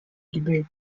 debate